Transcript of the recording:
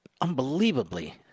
unbelievably